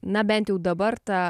na bent jau dabar ta